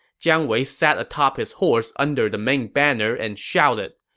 jiang wei sat atop his horse under the main banner and shouted,